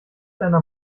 deiner